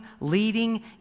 leading